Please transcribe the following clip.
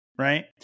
Right